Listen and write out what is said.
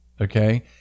Okay